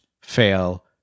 fail